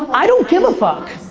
i don't give a fuck.